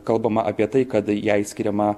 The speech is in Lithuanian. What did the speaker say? kalbama apie tai kad jai skiriama